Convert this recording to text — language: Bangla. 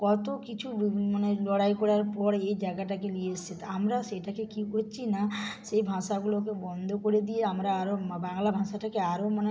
কত কিছু মানে লড়াই করার পর এই জায়গাটাকে নিয়ে এসেছে তা আমরা সেটাকে কী করছি না সে ভাষাগুলোকে বন্ধ করে দিয়ে আমরা আরও মা বাংলা ভাষাটাকে আরও মানে